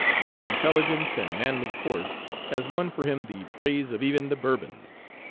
his intelligence and manly course has won for him the praise of even the bourbons.